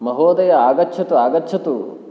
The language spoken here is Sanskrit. महोदय आगच्छतु आगच्छतु